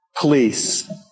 Police